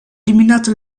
eliminato